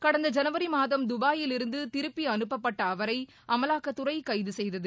கடந்த ஜனவரி மாதம் துபாயில் இருந்து திருப்பி அனுப்பப்பட்ட அவரை அமலாக்கத்துறை கைது செய்தது